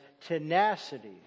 tenacity